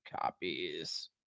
Copies